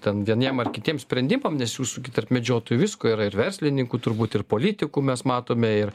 ten vieniem ar kitiem sprendimam nes jūsų tarp medžiotojų visko yra ir verslininkų turbūt ir politikų mes matome ir